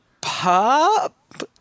pop